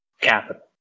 capital